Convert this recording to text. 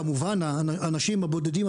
כמובן האנשים הבודדים,